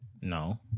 No